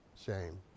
Shame